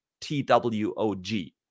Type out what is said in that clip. TWOG